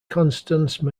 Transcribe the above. constance